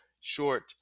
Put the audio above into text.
short